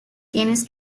tienes